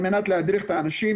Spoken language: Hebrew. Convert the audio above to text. על מנת להדריך את האנשים,